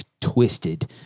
twisted